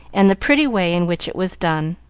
and the pretty way in which it was done.